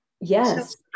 Yes